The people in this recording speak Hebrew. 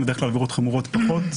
הן בדרך כלל עבירות חמורת פחות.